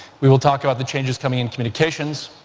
we will talk about the changes coming in communications,